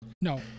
no